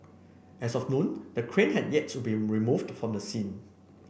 as of noon the crane had yet to be removed from the scene